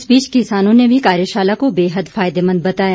इस बीच किसानों ने भी कार्यशाला को बेहद फायदेमंद बताया